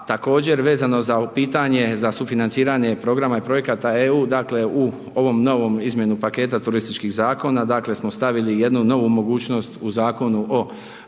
također vezano za ovo pitanje za sufinanciranje programa i projekata EU, dakle u ovom novom, izmjenu paketa turističkih zakona dakle smo stavili jednu novu mogućnost u Zakonu o